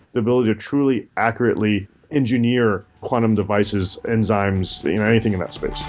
the ability to truly accurately engineer quantum devices, enzymes, anything in that space.